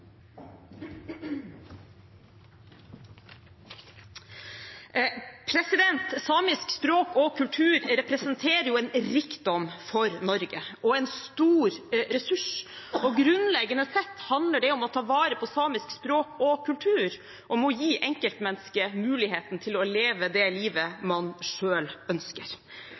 beivviin! Samisk språk og kultur representerer en rikdom for Norge og en stor ressurs, og grunnleggende sett handler det om å ta vare på samisk språk og kultur, om å gi enkeltmennesket muligheten til å leve det livet man selv ønsker.